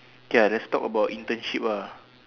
K lah lets talk about internship lah